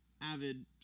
avid